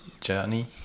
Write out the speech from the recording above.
Journey